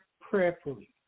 prayerfully